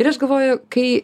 ir aš galvoju kai